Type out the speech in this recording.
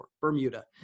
Bermuda